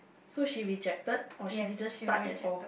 so she rejected or she didn't start at all